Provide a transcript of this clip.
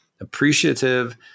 appreciative